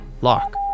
lock